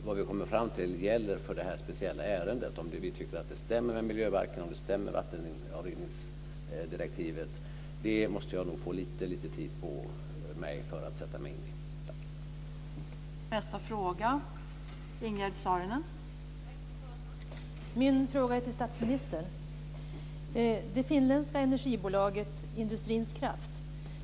Vad gäller det här speciella ärendet, och om vi tycker att det stämmer med miljöbalken och vattendirektivet, måste jag få lite tid på mig för att sätta mig in i det.